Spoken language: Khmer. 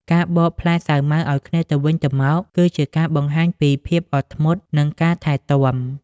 ការបកផ្លែសាវម៉ាវឱ្យគ្នាទៅវិញទៅមក គឺជាការបង្ហាញពីភាពអត់ធ្មត់ និងការថែទាំ។